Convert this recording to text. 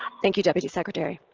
thank you, deputy secretary.